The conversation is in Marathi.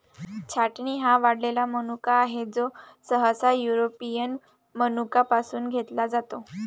छाटणी हा वाळलेला मनुका आहे, जो सहसा युरोपियन मनुका पासून घेतला जातो